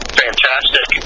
fantastic